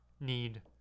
need